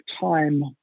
time